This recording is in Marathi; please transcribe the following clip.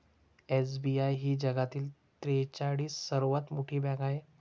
एस.बी.आय ही जगातील त्रेचाळीस सर्वात मोठी बँक आहे